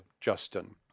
Justin